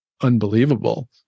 unbelievable